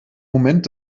moment